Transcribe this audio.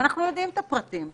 אנחנו נדון בזה.